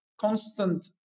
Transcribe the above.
constant